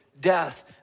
death